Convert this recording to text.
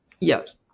Yes